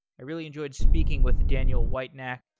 i really enjoyed speaking with daniel whitenack,